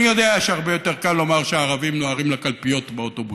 אני יודע שהרבה יותר קל לומר שהערבים נוהרים לקלפיות באוטובוסים,